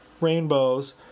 rainbows